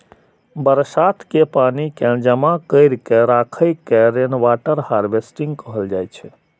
बरसात के पानि कें जमा कैर के राखै के रेनवाटर हार्वेस्टिंग कहल जाइ छै